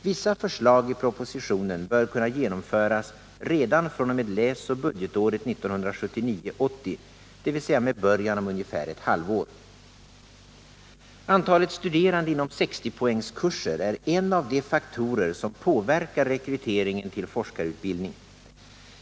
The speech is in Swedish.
Vissa förslag i propositionen bör kunna genomföras redan fr.o.m. läsoch budgetåret 1979/80, dvs. med början om ungefär ett halvår. 2. Antalet studerande inom 60-poängskurser är en av de faktorer som påverkar rekryteringen till forskarutbildning.